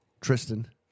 Tristan